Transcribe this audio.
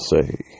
say